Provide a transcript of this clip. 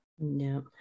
No